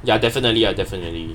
ya definitely ah definitely